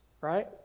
right